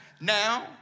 Now